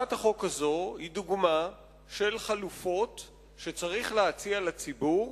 והצעת החוק הזאת היא דוגמה של חלופות שצריך להציע לציבור,